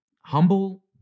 humble